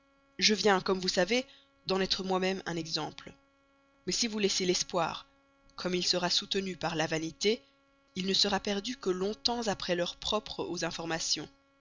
je viens comme vous savez d'en être moi-même un exemple mais si vous laissez l'espoir comme il sera soutenu de la vanité il ne sera perdu que longtemps après l'heure propre aux informations